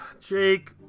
Jake